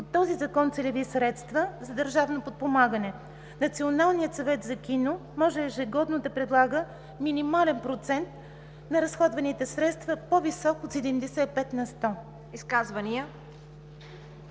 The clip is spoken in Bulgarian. по този закон целеви средства за държавно подпомагане. Националният съвет за кино може ежегодно да предлага минимален процент на разходваните средства, по-висок от 75 на сто.”